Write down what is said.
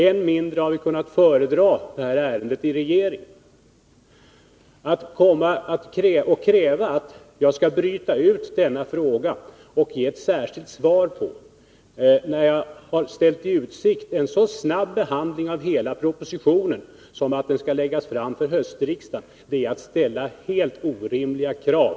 Än mindre har jag kunnat föredra ärendet i regeringen. Att kräva att jag skall bryta ut en fråga och ge ett särskilt svar på den, när jag har ställt i utsikt en så snabb behandling av hela ärendet som att propositionen skall läggas fram för höstriksdagen, är att ställa helt orimliga krav.